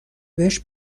بهش